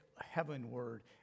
heavenward